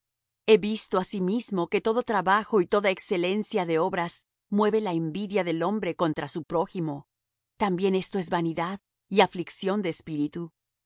hacen visto he asimismo que todo trabajo y toda excelencia de obras mueve la envidia del hombre contra su prójimo también esto es vanidad y aflicción de espíritu